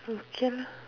okay lah